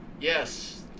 yes